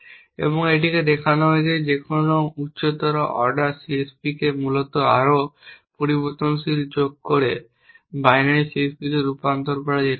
এবং এটি দেখানো হয়েছে যে যেকোন উচ্চতর অর্ডার CSPকে মূলত আরও পরিবর্তনশীল যোগ করে বাইনারি CSPতে রূপান্তর করা যেতে পারে